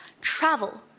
Travel